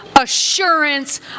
assurance